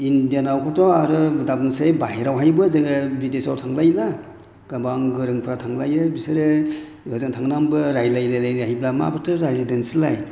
इंडियानावबोथ' आरो दाबुंसै बाहेरायावबो जोङो बिदेशआव थांबायोब्ला गोबां गोरोंफ्रा थांलायो बिसोरो गोजान थांनानैबो रायज्लायै रायज्लायै रायज्लायोब्ला माखौथो रायज्लायदों नोंसोरलाय